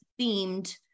themed